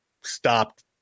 stopped